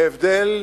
כנסת.